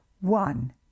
One